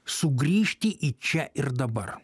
sugrįžti į čia ir dabar